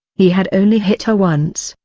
he had only hit her once,